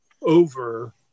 over